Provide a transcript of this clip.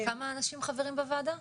כמה אנשים חברים בוועדה?